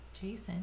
Jason